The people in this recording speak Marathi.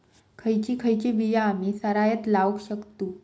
खयची खयची बिया आम्ही सरायत लावक शकतु?